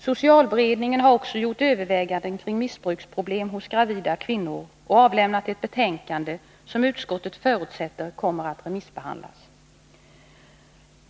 Socialberedningen har också gjort överväganden kring missbruksproblem hos gravida kvinnor och avlämnat ett betänkande som utskottet förutsätter kommer att remissbehandlas.